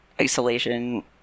isolation